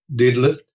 deadlift